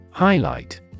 Highlight